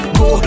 go